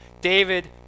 David